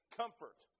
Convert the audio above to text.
comfort